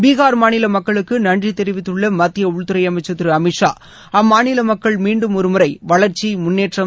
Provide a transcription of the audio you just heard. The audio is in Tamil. பீகார் மாநில மக்களுக்கு நன்றி தெரிவித்துள்ள மத்திய உள்துறை அமைச்சர் திரு அமித்ஷா அம்மாநில மக்கள் மீண்டும் ஒருமுறை வளர்ச்சி முன்னேற்றம்